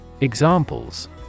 Examples